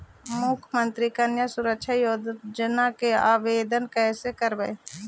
मुख्यमंत्री कन्या सुरक्षा योजना के आवेदन कैसे करबइ?